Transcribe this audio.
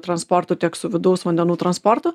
transportu tiek su vidaus vandenų transportu